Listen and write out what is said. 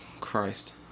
Christ